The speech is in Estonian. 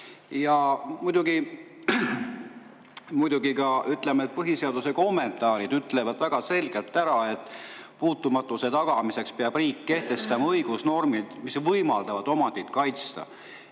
Ja muidugi ka põhiseaduse kommentaarid ütlevad väga selgelt ära, et puutumatuse tagamiseks peab riik kehtestama õigusnormid, mis võimaldavad omandit kaitsta.